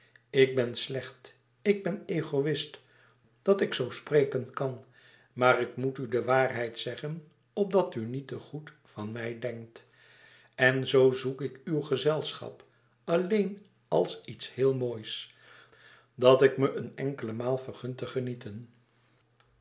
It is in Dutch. ik ben slecht ik ben egoist dat ik zoo spreken kan maar ik moet u de waarheid zeggen opdat u niet te goed van mij denkt en zoo zoek ik uw gezelschap alleen als iets heel moois dat ik me een enkele maal vergun te genieten